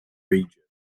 region